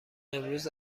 امروز